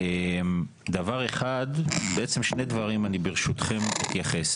דבר אחד, בעצם שני דברים אני ברשותכם אתייחס.